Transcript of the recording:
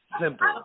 Simple